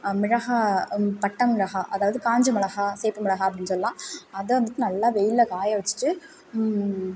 மிளகாய் பட்டை மிளகாய் அதாவது காஞ்ச மிளகாய் சேப்பு மிளகாய் அப்படின்னு சொல்லலாம் அதை வந்துட்டு நல்லா வெயிலில் காய வச்சுட்டு